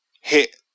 hit